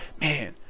Man